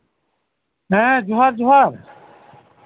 ᱦᱮᱸ ᱡᱚᱦᱟᱨ ᱡᱚᱦᱟᱨ